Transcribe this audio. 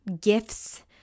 gifts